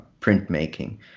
printmaking